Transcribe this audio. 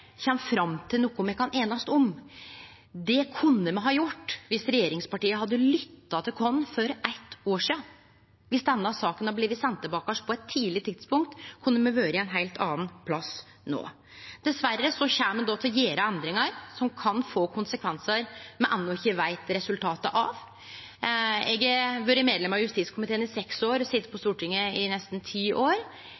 kjem fram til noko me kan einast om. Det kunne me ha gjort viss regjeringspartia hadde lytta til oss for eitt år sidan. Viss denne saka hadde blitt sendt tilbake på eit tidleg tidspunkt, kunne me ha vore ein heilt annan plass no. Dessverre kjem ein då til å gjere endringar som kan få konsekvensar me enno ikkje veit resultatet av. Eg har vore medlem av justiskomiteen i seks år og har sete på